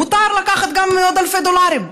מותר לקחת גם מאות אלפי דולרים,